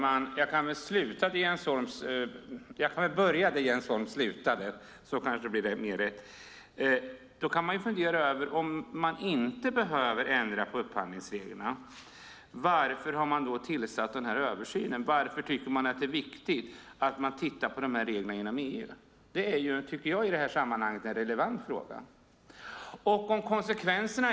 Fru talman! Jag kan börja där Jens Holm slutade. Om man inte behöver ändra upphandlingsreglerna, varför har man då börjat den här översynen? Varför tycker man inom EU att det är viktigt att se på de här reglerna? Det tycker jag är en relevant fråga i sammanhanget.